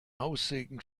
haussegen